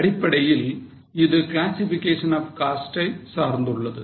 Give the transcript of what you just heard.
அடிப்படையில் இது classification of costs ஐ சார்ந்துள்ளது